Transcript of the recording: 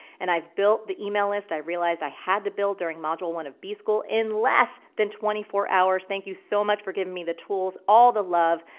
and i've built the email list, i realized i had to build during module one of b-school, in less than twenty four hours. thank you so much for giving me the tools. all the love,